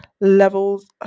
levels